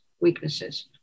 weaknesses